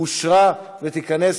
נתקבל.